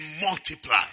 multiply